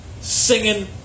singing